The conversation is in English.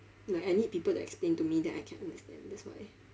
like I need people explain to me then I can understand that's why